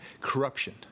corruption